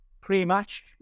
pre-match